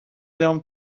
them